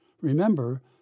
Remember